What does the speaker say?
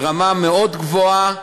ברמה מאוד גבוהה,